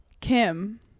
Kim